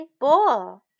ball